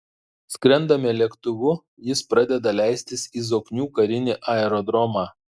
skrendame lėktuvu jis pradeda leistis į zoknių karinį aerodromą